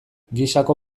gisako